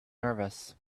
nervous